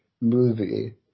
movie